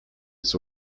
its